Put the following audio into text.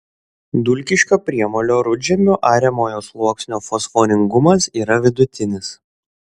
dulkiško priemolio rudžemio ariamojo sluoksnio fosforingumas yra vidutinis